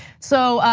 so,